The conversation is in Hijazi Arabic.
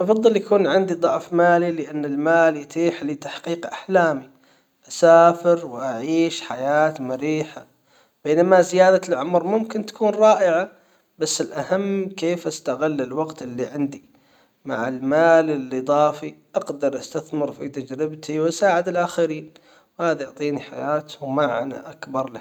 بفضل يكون عندي ضعف مالي لان المال يتيح لي تحقيق احلامي اسافر واعيش حياة مريحة. بينما زيادة العمر ممكن تكون رائعة بس الاهم كيف استغل الوقت اللي عندي. مع المال اللاضافي اقدر استثمر في تجربتي وأساعد الاخرين وهذا يعطيني حياة ومعنى اكبر لها